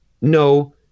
no